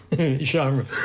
genre